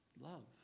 Love